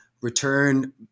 return